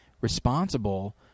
responsible